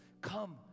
come